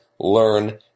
learn